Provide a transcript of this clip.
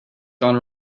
gone